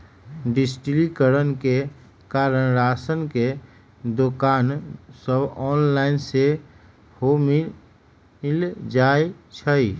डिजिटलीकरण के कारण राशन के दोकान सभ ऑनलाइन सेहो मिल जाइ छइ